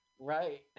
right